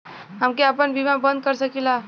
हमके आपन बीमा बन्द कर सकीला?